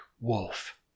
wolf